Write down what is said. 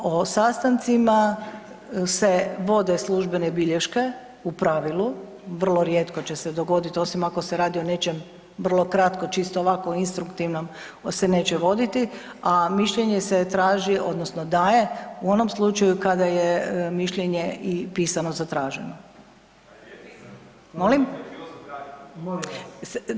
O sastancima se vode službene bilješke u pravilu, vrlo rijetko će se dogoditi osim ako se radi o nečem vrlo kratko, čisto ovako instruktivnom se neće voditi, a mišljenje se traži odnosno daje u onom slučaju kada je mišljenje i pisano zatraženo. … [[Upadica se ne razumije.]] Molim?